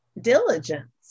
diligence